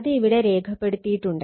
അത് ഇവിടെ രേഖപ്പെടുത്തിയിട്ടുണ്ട്